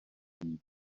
jít